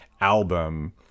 album